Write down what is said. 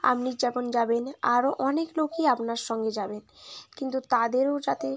আপনি যেমন যাবেন আরও অনেক লোকই আপনার সঙ্গে যাবেন কিন্তু তাদেরও যাতে